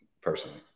personally